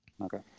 okay